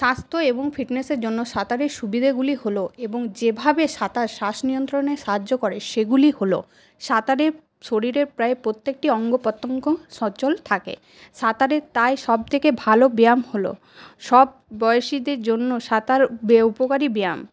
স্বাস্থ্য এবং ফিটনেসের জন্য সাঁতারের সুবিধেগুলি হল এবং যেভাবে সাঁতার শ্বাস নিয়ন্ত্রণে সাহায্য করে সেগুলি হল সাঁতারে শরীরের প্রায় প্রত্যেকটি অঙ্গ প্রত্যঙ্গ সচল থাকে সাঁতারে তাই সব থেকে ভালো ব্যায়াম হল সব বয়সীদের জন্য সাঁতার উপকারি ব্যায়াম